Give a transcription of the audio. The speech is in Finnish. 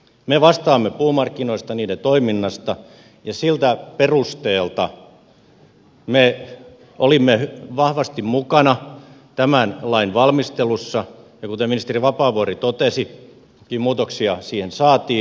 me vastaamme puumarkkinoista niiden toiminnasta ja siltä perusteelta me olimme vahvasti mukana tämän lain valmistelussa ja kuten ministeri vapaavuori totesi niin muutoksia siihen saatiin